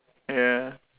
ya